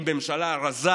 עם ממשלה רזה,